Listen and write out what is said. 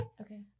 Okay